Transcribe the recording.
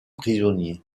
prisonnier